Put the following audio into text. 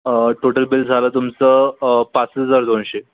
अं total bill झालं तुमचं अं पाच हजार दोनशे